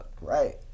Right